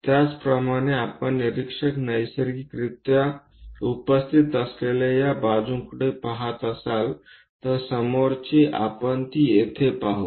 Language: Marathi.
त्याचप्रमाणे आपण निरीक्षक नैसर्गिकरित्या उपस्थित असलेल्या या बाजुकडे पहात असाल तर समोरची आपण ती येथे पाहू